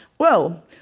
well,